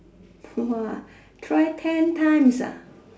!wah! try ten times ah